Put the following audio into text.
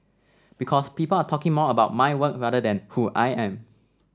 because people are talking more about my work rather than who I am